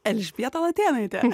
elžbieta latėnaitė